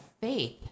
faith